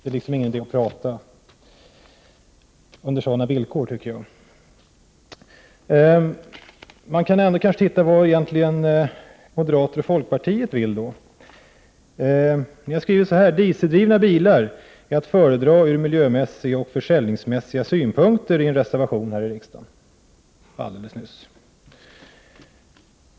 Det är liksom ingen idé att debattera under sådana villkor. Men vad vill då moderaterna och folkpartiet åstadkomma i detta sammanhang? Ni skriver i en reservation som nyligen avlämnats: Dieseldrivna bilar är att föredra ur miljömässiga och försäljningsmässiga synpunkter.